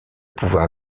pouvoir